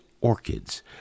orchids